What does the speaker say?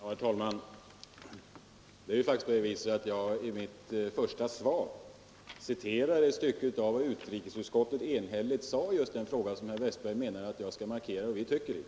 Herr talman! Jag har faktiskt i mitt första anförande citerat ett stycke av vad utrikesutskottet enhälligt uttalade i just den fråga som herr Wästberg i Stockholm menar att vi skall markera vår uppfattning om.